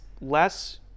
less